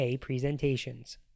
presentations